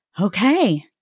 Okay